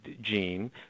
gene